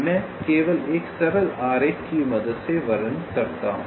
मैं केवल एक सरल आरेख की मदद से वर्णन करता हूँ